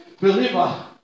believer